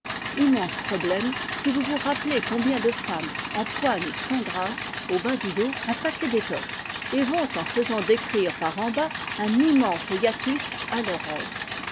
immense problème si vous vous rappelez combien de femmes empoignent sans grâce au bas du dos un paquet d'étoffe et vont en faisant décrire par en bas un immense hiatus à leurs robes